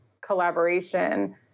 collaboration